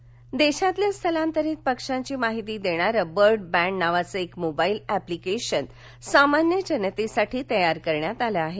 पक्षी माहिती देशभरातल्या स्थलांतरित पक्ष्यांची माहिती देणारं बर्ड बॅण्ड नावाचं एक मोबाईल एप्लिकेशन सामान्य जनतेसाठी तयार करण्यात आलं आहे